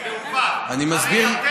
הרי אתם כקואליציה, אני מסביר.